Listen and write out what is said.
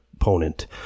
opponent